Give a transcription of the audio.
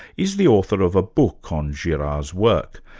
is the author of a book on girard's work.